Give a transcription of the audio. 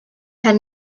had